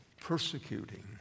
persecuting